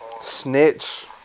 Snitch